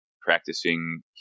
practicing